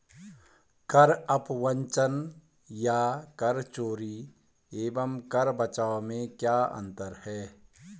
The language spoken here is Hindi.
कर अपवंचन या कर चोरी एवं कर बचाव में क्या अंतर है?